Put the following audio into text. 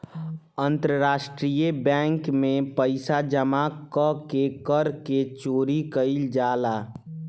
अंतरराष्ट्रीय बैंक में पइसा जामा क के कर के चोरी कईल जाला